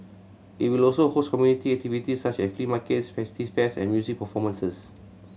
it will also host community activity such as flea markets festive fairs and music performances